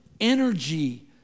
energy